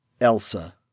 Elsa